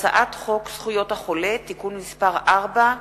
הצעת חוק זכויות החולה (תיקון מס' 4),